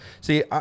see